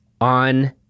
on